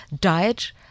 diet